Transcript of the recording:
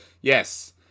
yes